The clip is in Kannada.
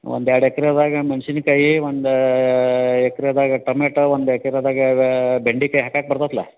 ಒಂದು ಎರಡು ಎಕರೆದಾಗ ಮೆಣ್ಸಿನ್ಕಾಯಿ ಒಂದು ಎಕರೆದಾಗ ಟಮೆಟೊ ಒಂದು ಎಕರೆದಾಗ ಬೆಂಡೆಕಾಯಿ ಹಾಕಕ್ಕೆ ಬರ್ತತಲ್ಲ